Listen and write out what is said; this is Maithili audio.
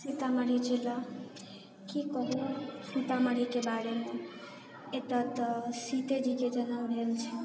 सीतामढ़ी जिला की कहु सीतामढ़ीके बारेमे एतऽ तऽ सीतेजीके जन्म भेल छन्हि